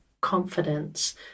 confidence